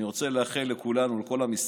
אני רוצה לאחל לכולנו, לכל עם ישראל,